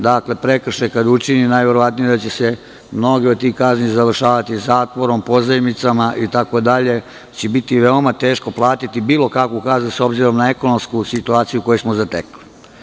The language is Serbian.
Dakle, kada je prekršaj učinjen, najverovatnije da će se mnoge od tih kazni završavati zatvorom, pozajmicama itd. i da će biti veoma teško platiti bilo kakvu kaznu s obzirom na ekonomsku situaciju koju smo zatekli.